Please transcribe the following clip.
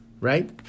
Right